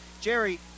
Jerry